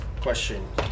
question